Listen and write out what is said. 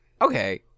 okay